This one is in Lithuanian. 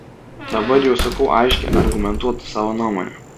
dabar jau sakau aiškią argumentuotą savo nuomonę